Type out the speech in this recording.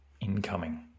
incoming